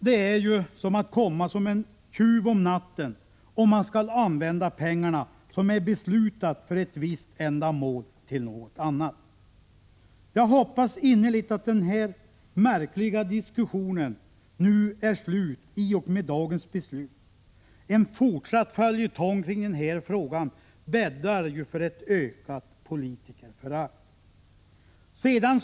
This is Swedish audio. Det är ju som att komma som en tjuv om natten om man skall använda pengarna, som man beslutat om skall användas för ett visst ändamål, till något annat. Jag hoppas innerligt att den här märkliga diskussionen nu är slut i och med dagens beslut. En fortsatt följetong kring den här frågan bäddar ju för ett ökat politikerförakt.